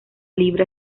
libra